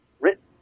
written